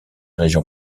régions